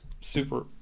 super